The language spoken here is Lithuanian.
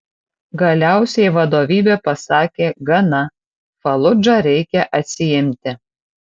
galiausiai vadovybė pasakė gana faludžą reikia atsiimti